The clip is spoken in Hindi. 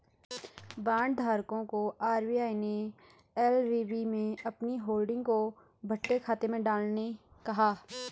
बांड धारकों को आर.बी.आई ने एल.वी.बी में अपनी होल्डिंग को बट्टे खाते में डालने कहा